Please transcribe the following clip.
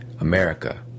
America